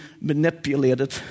manipulated